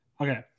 Okay